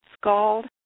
scald